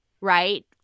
Right